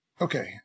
Okay